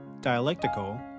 dialectical